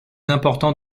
importants